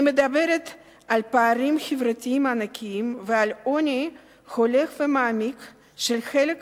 אני מדברת על פערים חברתיים ענקיים ועל עוני הולך ומעמיק של חלק